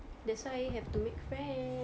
that's why have to make friends